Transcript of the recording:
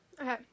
Okay